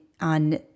on